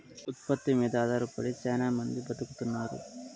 ఉత్పత్తి మీద ఆధారపడి శ్యానా మంది బతుకుతున్నారు